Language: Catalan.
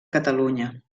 catalunya